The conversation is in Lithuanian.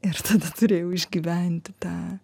ir tada turėjau išgyventi tą